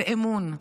באמון,